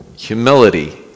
humility